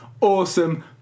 awesome